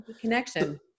Connection